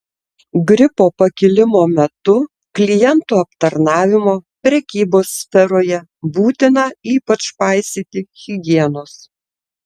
gripo pakilimo metu klientų aptarnavimo prekybos sferoje būtina ypač paisyti higienos